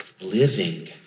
living